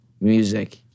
music